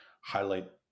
highlight